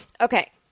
Okay